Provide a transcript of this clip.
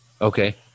Okay